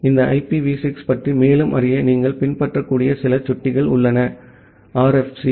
எனவே இந்த ஐபிவி 6 பற்றி மேலும் அறிய நீங்கள் பின்பற்றக்கூடிய சில சுட்டிகள் உள்ளன ஆர்எஃப்சி